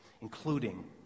including